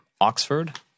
Oxford